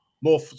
more